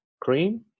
cream